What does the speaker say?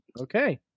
Okay